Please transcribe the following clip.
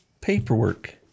paperwork